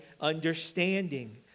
understanding